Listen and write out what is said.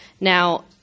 Now